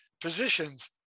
positions